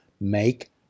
make